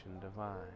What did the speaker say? divine